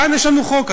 כאן יש לנו חוק.